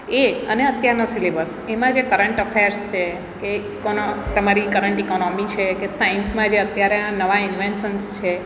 એ અને અત્યારનો સિલેબસ એ એમાં જે કરંટ અફેર્સ છે કે કોના તમારી કરંટ ઈકોનોમી છે કે સાઇન્સમાં જે અત્યારે આ નવા ઈન્વેસન્સ છે